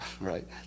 right